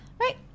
Right